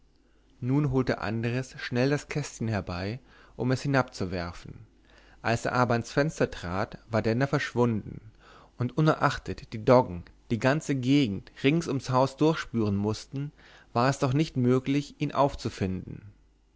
nun holte andres schnell das kästchen herbei um es hinabzuwerfen als er aber ans fenster trat war denner verschwunden und unerachtet die doggen die ganze gegend rings ums haus durchspüren mußten war es doch nicht möglich ihn aufzufinden